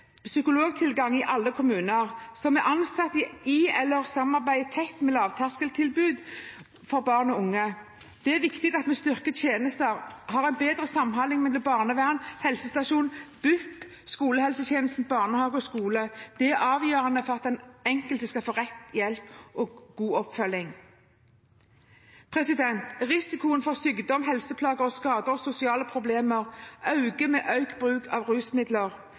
psykologtilgang i alle kommuner, psykologer som er ansatt i eller samarbeider tett med lavterskeltilbud for barn og unge. Det er viktig at vi styrker tjenester og har en bedre samhandling mellom barnevern, helsestasjon, BUP, skolehelsetjeneste, barnehage og skole. Det er avgjørende for at den enkelte skal få riktig hjelp og god oppfølging. Risikoen for sykdom, helseplager, skader og sosiale problemer øker med økt bruk av rusmidler.